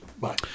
Bye